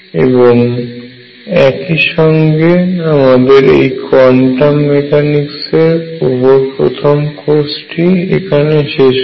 এবং একই সঙ্গে আমাদের এই কোয়ান্টাম মেকানিক্সের ওপর প্রাথমিক কোর্সটি এখনই শেষ হল